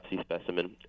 specimen